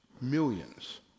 Millions